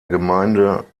gemeinde